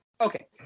Okay